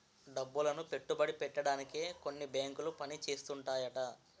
డబ్బులను పెట్టుబడి పెట్టడానికే కొన్ని బేంకులు పని చేస్తుంటాయట